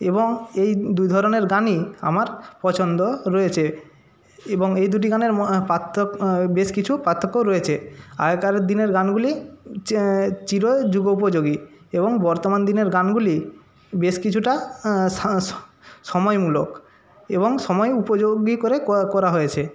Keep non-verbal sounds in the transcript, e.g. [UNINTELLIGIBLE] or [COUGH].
এবং এই দু ধরনের গানই আমার পছন্দ রয়েছে এবং এই দুটি গানের বেশ কিছু পার্থক্য রয়েছে আগেকার দিনের গানগুলি [UNINTELLIGIBLE] চির যুগোপযোগী এবং বর্তমান দিনের গানগুলি বেশ কিছুটা সময়মূলক এবং সময় উপযোগী করে করা হয়েছে